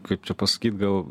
kaip čia pasakyt gal